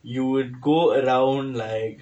you would go around like